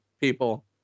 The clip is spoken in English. people